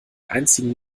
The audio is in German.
einzigen